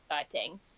exciting